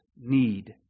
need